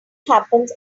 happens